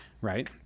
Right